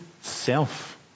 self